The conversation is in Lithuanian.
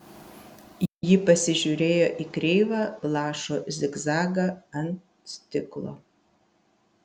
ji pasižiūrėjo į kreivą lašo zigzagą ant stiklo